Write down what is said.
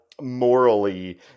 morally